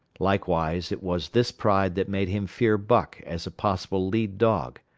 likewise it was this pride that made him fear buck as a possible lead-dog.